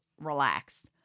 relaxed